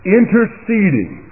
interceding